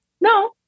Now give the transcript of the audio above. No